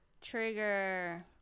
Trigger